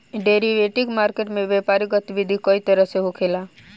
derivative market में व्यापारिक गतिविधि कई तरह से होखेला